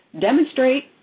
demonstrate